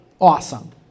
awesome